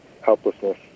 helplessness